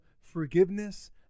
forgiveness